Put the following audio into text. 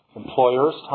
employer's